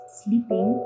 sleeping